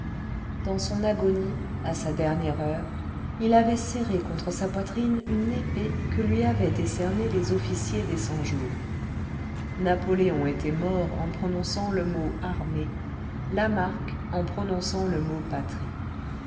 dans son agonie à sa dernière heure il avait serré contre sa poitrine une épée que lui avaient décernée les officiers des cent-jours napoléon était mort en prononçant le mot armée lamarque en prononçant le mot patrie